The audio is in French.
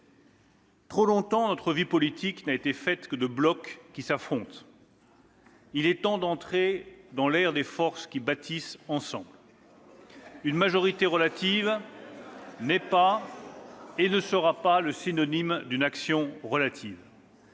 Trop longtemps, notre vie politique n'a été faite que de blocs qui s'affrontent. Il est temps d'entrer dans l'ère des forces qui bâtissent ensemble. « Une majorité relative n'est pas et ne sera pas le synonyme d'une action relative.